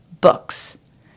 Books